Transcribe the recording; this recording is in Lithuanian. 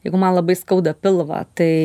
jeigu man labai skauda pilvą tai